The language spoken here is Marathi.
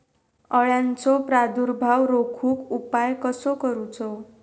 अळ्यांचो प्रादुर्भाव रोखुक उपाय कसो करूचो?